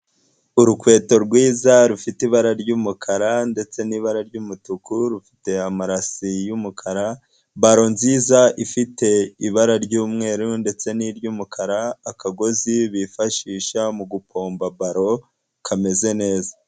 Urukweto rwiza rufite ibara ry'umukara ndetse n'ibara ry'umutuku, rufite amarasi y'umukara, baro nziza ifite ibara ry'umweru ndetse n'iry'umukara, akagozi bifashisha mu gupomba baro, kameze neza.